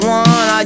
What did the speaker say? one